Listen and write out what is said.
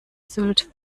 sylt